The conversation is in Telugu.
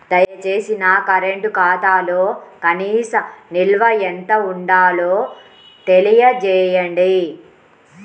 దయచేసి నా కరెంటు ఖాతాలో కనీస నిల్వ ఎంత ఉండాలో తెలియజేయండి